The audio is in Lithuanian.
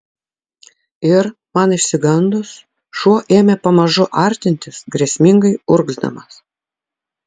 ir man išsigandus šuo ėmė pamažu artintis grėsmingai urgzdamas